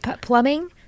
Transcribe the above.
plumbing